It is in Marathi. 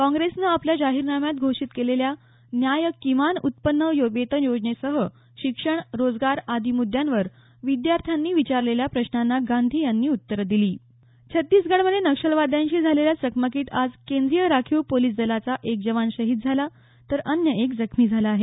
काँप्रेसनं आपल्या जाहिरनाम्यात घोषित केलेल्या न्याय किमान उत्पन्न वेतन योजनेसह शिक्षण रोजगार आदी मुद्यांवर विद्यार्थ्यांनी विचारलेल्या प्रश्नांना गांधी यांनी उत्तरं दिली छत्तीसगडमध्ये नक्षलवाद्यांशी झालेल्या चकमकीत आज केंद्रीय राखीव पोलिस दलाचा एक जवान शहीद झाला तर अन्य एक जखमी झाला आहे